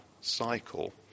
cycle